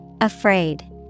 Afraid